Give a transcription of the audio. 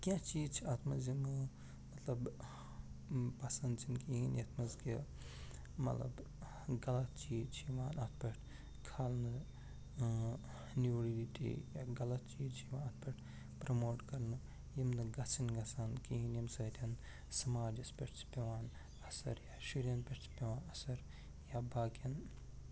کیٚنہہ چیٖز چھِ اَتھ منٛز یِم مطلب پسنٛد چھِنہٕ کِہیٖنۍ یَتھ منٛز کہ مطلب غلط چیٖز چھِ یوان اَتھ پٮ۪ٹھ کھالنہٕ نیوٗڈِٹی یا غلط چیٖز چھِ یِوان اَتھ پٮ۪ٹھ پرموٹ کرنہٕ یِم زَن گژھنۍ گژھان کِہیٖنۍ ییٚمہِ سۭتۍ سماجَس پٮ۪ٹھ چھِ پٮ۪وان اثر یا شُریَن پٮ۪ٹھ چھِ پٮ۪وان اثر یا باقِیَن